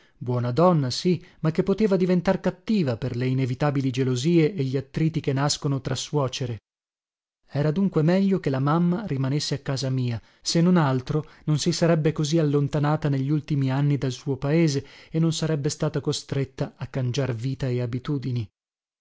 buona donna sì ma che poteva diventar cattiva per le inevitabili gelosie e gli attriti che nascono tra suocere era dunque meglio che la mamma rimanesse a casa mia se non altro non si sarebbe così allontanata negli ultimi anni dal suo paese e non sarebbe stata costretta a cangiar vita e